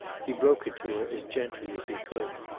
he broke it to her as gently as he could.